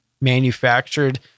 manufactured